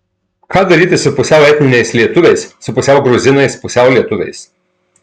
ką daryti su pusiau etniniais lietuviais su pusiau gruzinais pusiau lietuviais